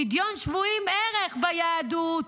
פדיון שבויים, ערך ביהדות.